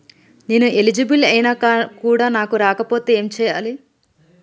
నేను ఎలిజిబుల్ ఐనా కూడా నాకు రాకపోతే ఏం చేయాలి?